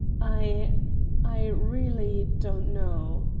i i really don't know.